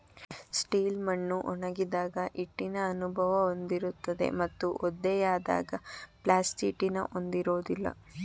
silt ಮಣ್ಣು ಒಣಗಿದಾಗ ಹಿಟ್ಟಿನ ಅನುಭವ ಹೊಂದಿರುತ್ತದೆ ಮತ್ತು ಒದ್ದೆಯಾದಾಗ ಪ್ಲಾಸ್ಟಿಟಿನ ಹೊಂದಿರೋದಿಲ್ಲ